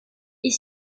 est